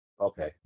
Okay